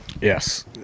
Yes